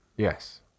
Yes